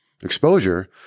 exposure